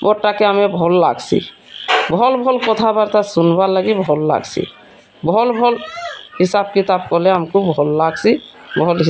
କେ ଆମେ ଭଲ୍ ଲାଗ୍ସି ଭଲ୍ ଭଲ୍ କଥାବାର୍ତ୍ତା ଶୁନ୍ବାର୍ ଲାଗି ଭଲ୍ ଲାଗ୍ସି ଭଲ୍ ଭଲ୍ ହିସାବ୍ କିତାବ୍ କଲେ ଆମ୍କୁ ଭଲ୍ ଲାଗ୍ସି